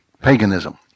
Paganism